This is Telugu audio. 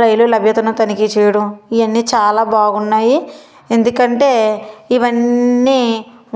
రైలు లభ్యతను తనిఖీ చేయడం ఇవన్నీ చాలా బాగున్నాయి ఎందుకంటే ఇవన్నీ